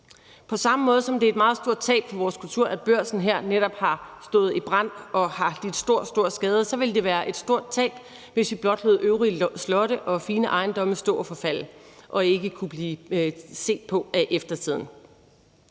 På samme måde som det er et meget stort tab for vores kultur, at Børsen her netop har stået i brand og har lidt stor, stor skade, så ville det være et stort tab, hvis vi blot lod de øvrige slotte og fine ejendomme stå og forfalde, og de ikke kunne blive set på af eftertiden.